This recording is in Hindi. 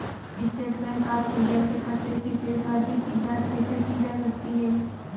स्टेट बैंक ऑफ इंडिया के खाते की शेष राशि की जॉंच कैसे की जा सकती है?